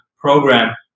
program